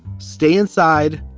stay inside,